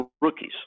rookies